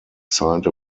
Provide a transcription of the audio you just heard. signed